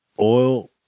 oil